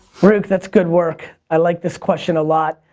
ruke, that's good work. i like this question a lot.